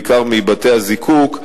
בעיקר מבתי-הזיקוק,